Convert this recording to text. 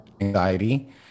anxiety